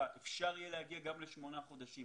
אפשר יהיה להגיע גם לשמונה חודשים.